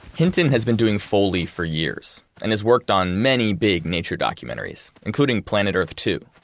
hinton has been doing foley for years and has worked on many big nature documentaries, including planet earth two.